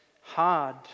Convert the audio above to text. hard